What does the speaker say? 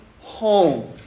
home